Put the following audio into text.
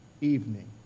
evening